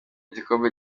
igikombe